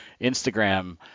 Instagram